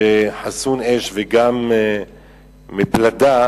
חסין אש וגם מפלדה,